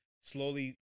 slowly